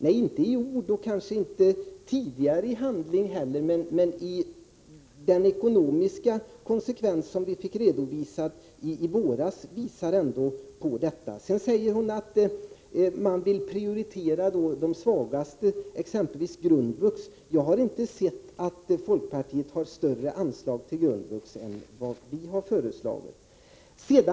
Ni har inte visat det i ord och tidigare kanske inte i handling heller, men de ekonomiska konsekvenser som redovisades i våras visar ändå att det är så! Sedan säger hon att folkpartiet vill prioritera de svagaste, exempelvis eleverna inom grundvux. Jag har inte kunnat finna att folkpartiet har föreslagit större anslag till grundvux än vi har gjort.